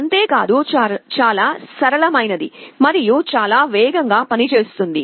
అంతేకాదు చాలా సరళమైనది మరియు చాలా వేగంగా పనిచేస్తుంది